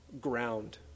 Ground